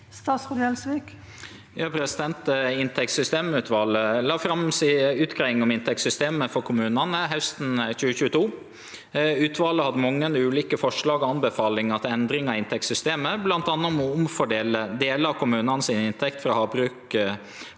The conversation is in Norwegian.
Sigbjørn Gjelsvik Inntektssys- temutvalet la fram si utgreiing om inntektssystemet for kommunane hausten 2022. Utvalet hadde mange ulike forslag og anbefalingar til endring av inntektssystemet, bl.a. å omfordele delar av kommunane si inntekt frå havbruk,